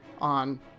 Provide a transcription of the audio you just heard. on